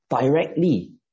directly